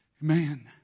Man